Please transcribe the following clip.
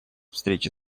встречи